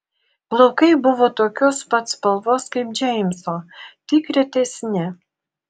plaukai buvo tokios pat spalvos kaip džeimso tik retesni